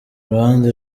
ruhande